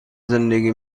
زندگی